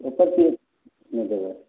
ओकर की रेट यऽ